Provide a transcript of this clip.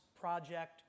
Project